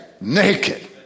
naked